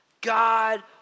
God